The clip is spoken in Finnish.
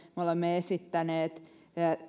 me olemme esittäneet